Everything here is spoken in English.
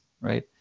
right